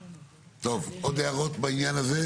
טוב, עוד הערות בעניין הזה?